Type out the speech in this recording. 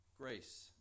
grace